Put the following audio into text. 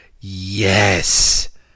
Yes